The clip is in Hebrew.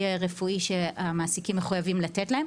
רפואי שהמעסיקים מחויבים לתת להם.